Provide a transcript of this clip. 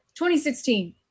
2016